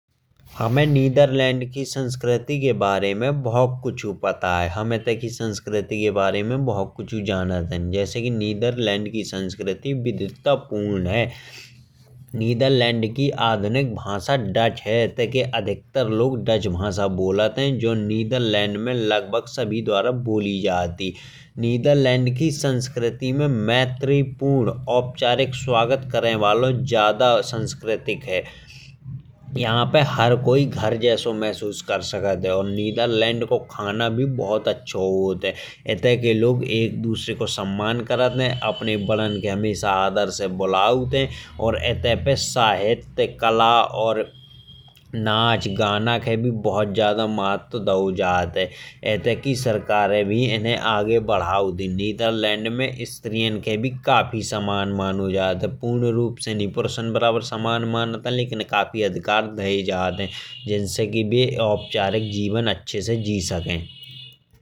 हमें नीदरलैंड्स की संस्कृति के बारे में बहुत कुछ पता है। हमन एते की संस्कृति के बारे में बहुत कुछ जानत हैं। जैसे की नीदरलैंड्स की संस्कृति विविधता पूर्ण है नीदरलैंड्स की आधुनिक भाषा डच है। इत्ते के अधिकतर लोग डच भाषा बोलत हैं। और नीदरलैंड्स में सभी द्वारा बोली जात है। नीदरलैंड की संस्कृति में मैत्रीपूर्ण औपचारिक स्वागत करने वालों जादा सांस्कृतिक हैं। यहां पे हर कोई घर जैसो महसूस कर सकत है। नीदरलैंड्स का खाना भी बहुत अच्छा होता है। इत्ते के लोग एक दूसरे को सम्मान करत हैं। अपने से बड़े को हमेशा आदर से बुलावत हैं। इत्ते पे साहित्य कला और नाच गाना के भी बहुत जादा महत्व दयो जात है। इत्ते की सरकारें भी इन्हे आगे बढ़ावत हैं। नीदरलैंड में स्त्रियां के भी काफी समान मानो जात है। पूर्णरूप से नयी पुरसों बराबर मानो जात है। पर काफी अधिकार दए जात हैं जिनसे की बे औपचारिक जीवन अच्छे से जी सकें।